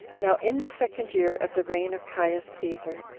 now, in the second year of the reign of caius caesar,